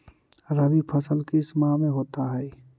रवि फसल किस माह में होता है?